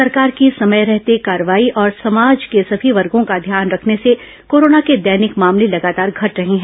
सरकार की समय रहते कार्रवाई और समाज के सभी वर्गो का ध्यान रखने से कोरोना के दैनिक मामले लगातार घट रहे हैं